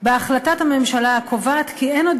"בהחלטת הממשלה הקובעת כי אין עוד